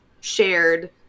shared